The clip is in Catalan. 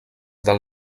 del